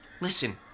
Listen